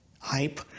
hype